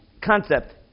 concept